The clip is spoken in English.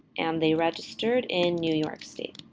and they registered in new york state.